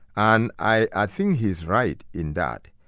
and i ah think he's right in that,